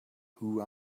who